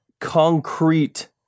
concrete